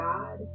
God